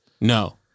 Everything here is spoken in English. No